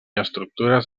estructures